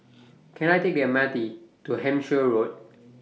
Can I Take The M R T to Hampshire Road